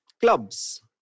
Clubs